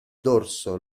dorso